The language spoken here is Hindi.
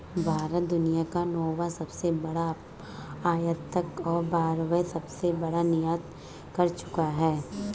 भारत दुनिया का नौवां सबसे बड़ा आयातक और बारहवां सबसे बड़ा निर्यातक रह चूका है